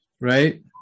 right